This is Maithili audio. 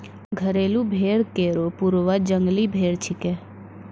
घरेलू भेड़ केरो पूर्वज जंगली भेड़ छिकै